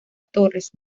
torres